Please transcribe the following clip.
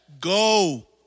Go